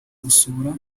gutsura